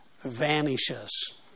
vanishes